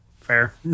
fair